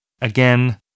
Again